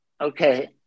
Okay